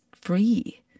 free